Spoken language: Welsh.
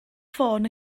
ffôn